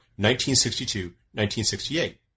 1962-1968